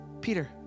Peter